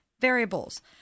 variables